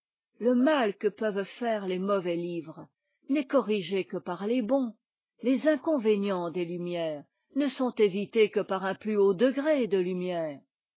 le mal que peuvent faire les mauvais livres n'est corrigé que par les'bons les inconvénients des lumières ne sont évités que par un ptus haut degré de